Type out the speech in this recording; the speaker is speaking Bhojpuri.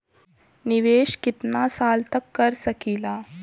निवेश कितना साल तक कर सकीला?